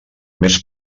més